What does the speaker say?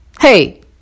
hey